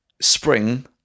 spring